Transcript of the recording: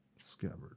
scabbard